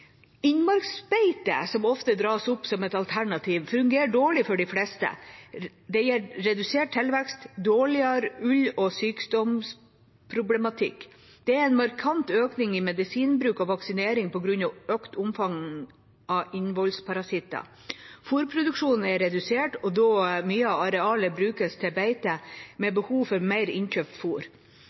Innmarksbeite, som ofte dras opp som et alternativ, fungerer dårlig for de fleste. Det gir redusert tilvekst, dårligere ull og sykdomsproblematikk. Det er en markant økning i medisinbruk og vaksinering på grunn av økt omfang av innvollsparasitter. Fôrproduksjonen er redusert, da mye av arealet brukes til beite, med behov for mer innkjøpt